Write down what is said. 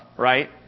Right